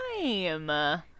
time